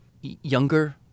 younger